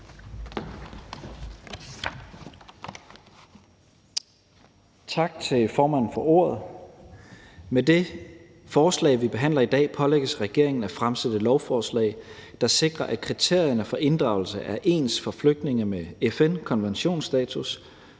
Tak til formanden for ordet. Med det forslag, vi behandler i dag, pålægges regeringen at fremsætte et lovforslag, der sikrer, at kriterierne for inddragelse er ens for flygtninge med FN-konventionsstatus,